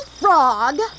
frog